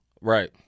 Right